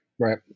Right